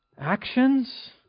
actions